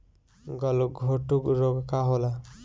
गलघोटू रोग का होला?